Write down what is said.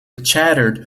chattered